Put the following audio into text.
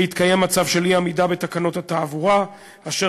בהתקיים מצב של אי-עמידה בתקנות התעבורה אשר